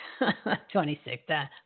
26